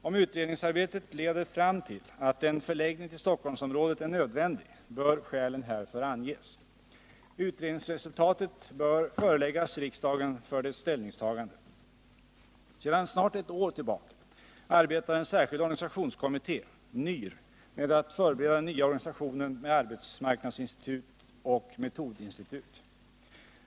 Om utredningsarbetet leder fram till att en förläggning till Stockholmsområdet är nödvändig, bör skälen härför anges. Utredningsresultatet bör föreläggas riksdagen för dess ställningstagande. 11 Sedan snart ett år tillbaka arbetar en särskild organisationskommitté, NYR, med att förbereda den nya organisationen med arbetsmarknadsinstitut och metodinstitut.